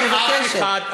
אני מבקשת.